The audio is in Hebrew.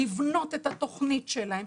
לבנות את התכנית שלהם.